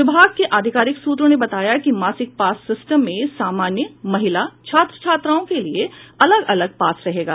विभाग के आधिकारिक सूत्रों ने बताया कि मासिक पास सिस्टम में सामान्य महिला छात्र छात्राओं के लिए अलग अलग पास रहेगा